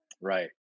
Right